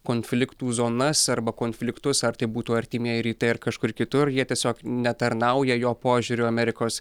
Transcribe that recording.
konfliktų zonas arba konfliktus ar tai būtų artimieji rytai ar kažkur kitur jie tiesiog netarnauja jo požiūriu amerikos